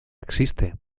existe